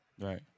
right